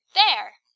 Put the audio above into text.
There